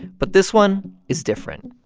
but this one is different.